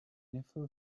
neffe